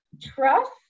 trust